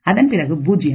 அதன்பிறகு பூஜ்ஜியம்